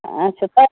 آچھا تۄہہِ